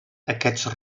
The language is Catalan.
aquests